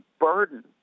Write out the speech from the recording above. burden